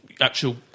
actual